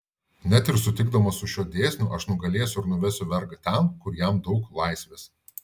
net ir sutikdamas su šiuo dėsniu aš nugalėsiu ir nuvesiu vergą ten kur jam daug laisvės